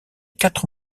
quatre